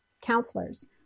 counselors